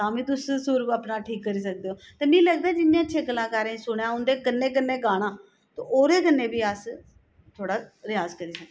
तां बी तुस सुर अपना ठीक करी सकदे ओ ते मी लगदा ऐ जियां अच्छे कलाकारें सुनेआ उं'दे कन्नै कन्नै गाना ते ओह्दे कन्नै बी अस थोह्ड़ा रेयाज करी सकने आं